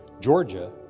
Georgia